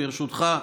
ברשותך,